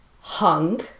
hung